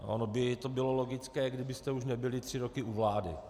Ono by to bylo logické, kdybyste už nebyli tři roky u vlády.